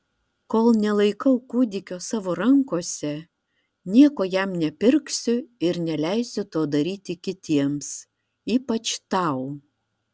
kol nelaikau kūdikio savo rankose nieko jam nepirksiu ir neleisiu to daryti kitiems ypač tau